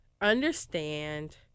Understand